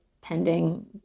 pending